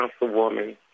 Councilwoman